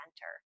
center